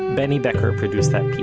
benny becker produced that piece.